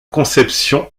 conception